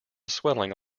swelling